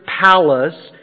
palace